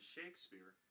Shakespeare